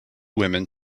women